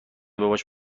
باباش